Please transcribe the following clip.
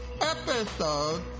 Episode